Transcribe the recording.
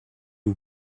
who